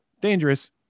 dangerous